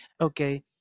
Okay